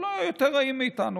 אבל לא היו יותר רעים מאיתנו.